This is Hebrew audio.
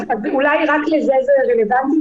אז אולי רק לזה זה רלוונטי.